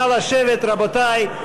נא לשבת, רבותי.